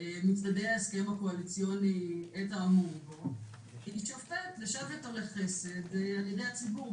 מצדדי ההסכם הקואליציוני את האמור בו יישפט לשבט או לחסד על ידי הציבור,